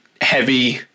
heavy